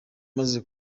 maze